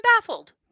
baffled